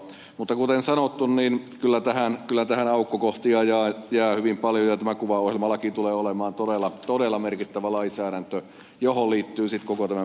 mutta kuten sanottu niin kyllä tähän aukkokohtia jää hyvin paljon ja tämä kuvaohjelmalaki tulee olemaan todella merkittävä lainsäädäntö johon liittyy sitten koko tämä mediakenttä